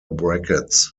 brackets